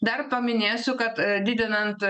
dar paminėsiu kad didinant